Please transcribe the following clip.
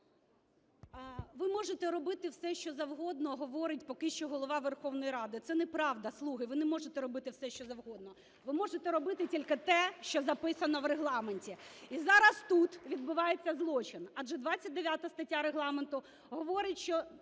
"Ви можете робити все, що завгодно", – говорить поки що Голова Верховної Ради. Це не правда, "слуги", ви не можете робити все, що завгодно. Ви можете робити тільки те, що записано в Регламенті. І зараз тут відбувається злочин. Адже 29 стаття Регламенту говорить, що